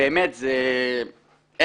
היה